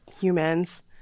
humans